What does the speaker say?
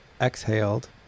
exhaled